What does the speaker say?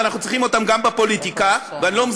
ואנחנו צריכים אותם גם בפוליטיקה,